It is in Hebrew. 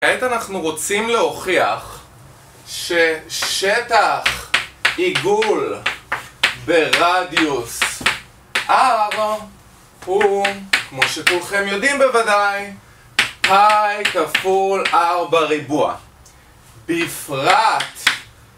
כעת אנחנו רוצים להוכיח ששטח עיגול ברדיוס r הוא, כמו שכולכם יודעים בוודאי, πי כפול r ריבוע. בפרט.